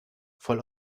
voll